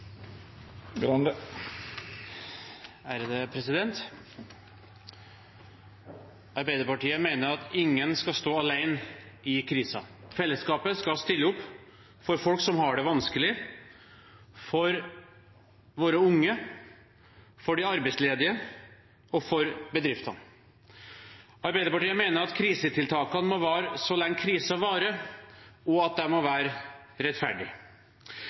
Arbeiderpartiet mener at ingen skal stå alene i krisen. Fellesskapet skal stille opp for folk som har det vanskelig, for våre unge, for de arbeidsledige og for bedriftene. Arbeiderpartiet mener at krisetiltakene må vare så lenge krisen varer, og at de må være rettferdige. Derfor har vi siden pandemien rammet, kjempet for mer rettferdig